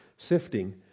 sifting